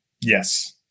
Yes